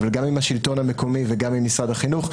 אבל גם עם השלטון המקומי וגם עם משרד החינוך.